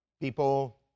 People